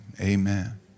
amen